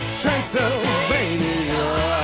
transylvania